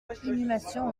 inhumation